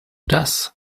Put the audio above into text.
das